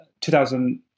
2000